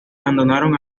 abandonaron